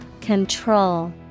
Control